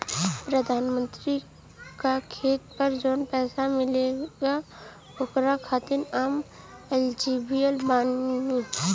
प्रधानमंत्री का खेत पर जवन पैसा मिलेगा ओकरा खातिन आम एलिजिबल बानी?